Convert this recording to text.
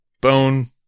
bone